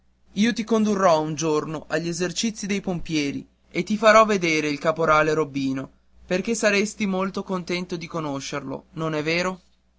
io ti condurrò un giorno agli esercizi dei pompieri e ti farò vedere il caporale robbino perché saresti molto contento di conoscerlo non è vero